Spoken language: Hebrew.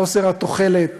חוסר התוחלת,